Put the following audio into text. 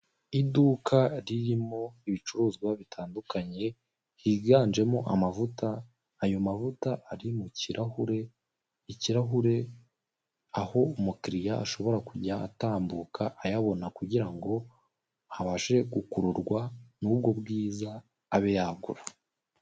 Iduka ririmo ibicuruzwa bitandukanye higanjemo amavuta, ayo mavuta ari mu kirahure, ikirahure aho umukiriya ashobora kujya atambuka ayabona kugira ngo habashe gukururwa n'ubwo bwiza abe yagura.